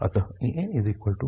अत an 4n2 है